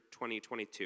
2022